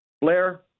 Blair